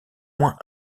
moins